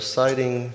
citing